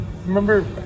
remember